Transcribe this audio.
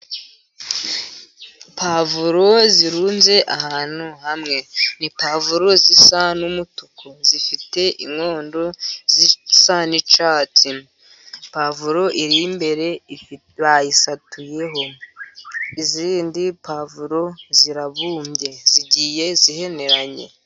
Puwavuro zirunze ahantu hamwe imitavro zisa n'umutuku zifite inkondo zisa n'ictsipavro iri imbere bayisatuyeho izindi pavro zirabumbye zigiye ziheneranye.